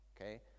okay